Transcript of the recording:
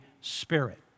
Spirit